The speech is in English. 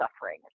suffering